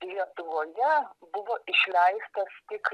lietuvoje buvo išleistas tik